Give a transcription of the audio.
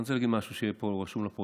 אני רוצה להגיד משהו שיהיה רשום לפרוטוקול.